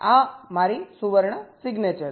આ મારી સુવર્ણ સિગ્નેચર છે